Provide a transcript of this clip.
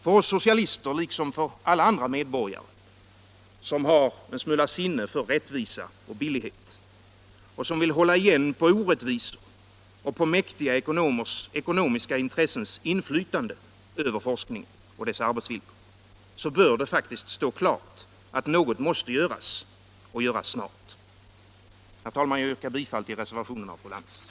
För oss socialister, liksom för alla andra medborgare som har en smula sinne för rättvisa och billighet och som vill hålla igen på orättvisor och på mäktiga ekonomiska intressens inflytande över forskningen och dess arbetsvillkor, bör det faktiskt stå klart att något måste göras och göras snart. Herr talman! Jag yrkar bifall till reservationen av fru Lantz.